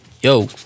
Yo